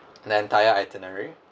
the entire itinerary